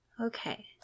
Okay